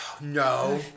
no